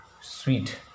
sweet